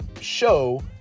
show